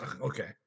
Okay